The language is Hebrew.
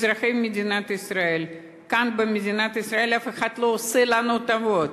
לאזרחי מדינת ישראל: כאן במדינת ישראל אף אחד לא עושה לנו טובות.